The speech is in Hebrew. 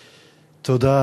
תודה.